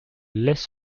les